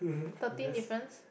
thirteen difference